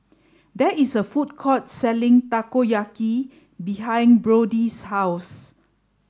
there is a food court selling Takoyaki behind Brody's house